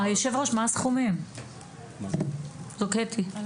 היושב ראש, למה הסכומים האלה קשורים?